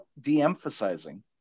de-emphasizing